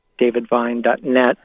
davidvine.net